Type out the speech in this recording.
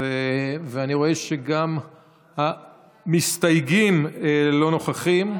ואני רואה שגם המסתייגים לא נוכחים,